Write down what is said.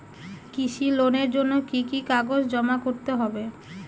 কৃষি লোনের জন্য কি কি কাগজ জমা করতে হবে?